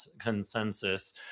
consensus